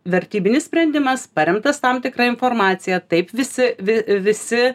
vertybinis sprendimas paremtas tam tikra informacija taip visi vi